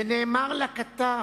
ונאמר לכתב,